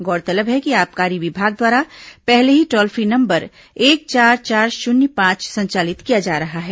गौरतलब है कि आबकारी विभाग द्वारा पहले ही टोल फ्री नंबर एक चार चार शून्य पांच संचालित किया जा रहा है